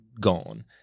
gone